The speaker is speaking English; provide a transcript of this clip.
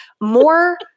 more